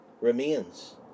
remains